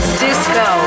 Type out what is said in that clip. disco